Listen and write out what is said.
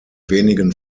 wenigen